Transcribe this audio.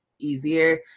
easier